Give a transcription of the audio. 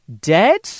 Dead